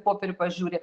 popierių pažiūri